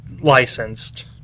licensed